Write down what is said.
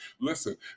listen